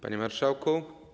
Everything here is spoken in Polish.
Panie Marszałku!